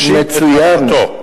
להגשמת מטרתו.